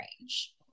range